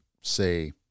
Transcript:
say